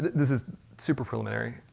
this is super preliminary,